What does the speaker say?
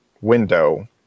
window